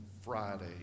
Friday